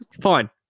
Fine